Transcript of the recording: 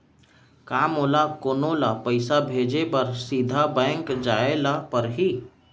का मोला कोनो ल पइसा भेजे बर सीधा बैंक जाय ला परही?